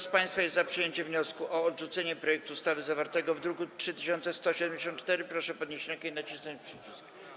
Kto z państwa jest za przyjęciem wniosku o odrzucenie projektu ustawy zawartego w druku nr 3174, proszę podnieść rękę i nacisnąć przycisk.